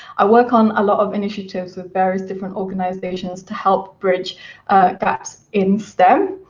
i work on a lot of initiatives with various different organisations to help bridge gaps in stem.